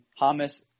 Hamas